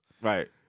Right